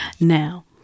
Now